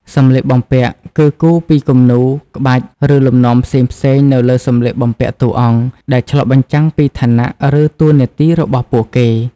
សម្លៀកបំពាក់គឺ គូរពីគំនូរ ក្បាច់ ឬលំនាំផ្សេងៗនៅលើសម្លៀកបំពាក់តួអង្គ ដែលឆ្លុះបញ្ចាំងពីឋានៈ ឬតួនាទីរបស់ពួកគេ។